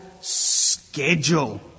schedule